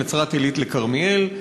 מנצרת-עילית לכרמיאל.